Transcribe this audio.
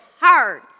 hard